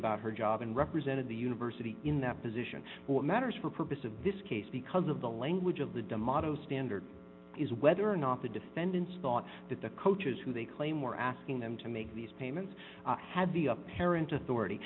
about her job and represented the university in that position or matters for purposes of this case because of the language of the demaio standard is whether or not the defendants thought that the coaches who they claim were asking them to make these payments had the apparent authority